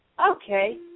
Okay